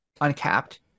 uncapped